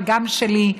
וגם שלי,